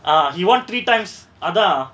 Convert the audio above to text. ah he won three times அதா:atha